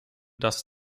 dass